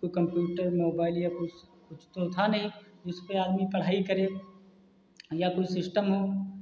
कोई computer mobile या कुछ कुछ तो था नहीं जिसपे आदमी पढ़ाई करे या कोई सिस्टम हो तो